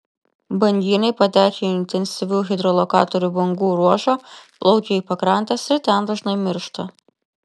banginiai patekę į intensyvių hidrolokatorių bangų ruožą plaukia į pakrantes ir ten dažnai miršta